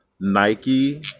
Nike